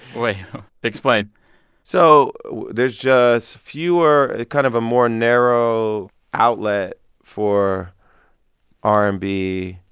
wait explain so there's just fewer kind of a more narrow outlet for r and b,